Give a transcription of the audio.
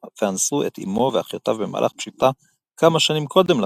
את אמו ואחיותיו במהלך פשיטה כמה שנים קודם לכן,